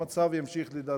המצב ימשיך להידרדר.